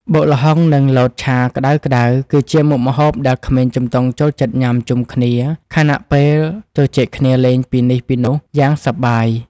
បុកល្ហុងនិងលតឆាក្ដៅៗគឺជាមុខម្ហូបដែលក្មេងជំទង់ចូលចិត្តញ៉ាំជុំគ្នាខណៈពេលជជែកគ្នាលេងពីនេះពីនោះយ៉ាងសប្បាយ។